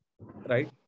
Right